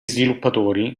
sviluppatori